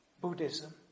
Buddhism